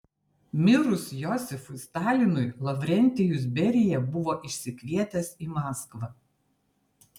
mirus josifui stalinui lavrentijus berija buvo išsikvietęs į maskvą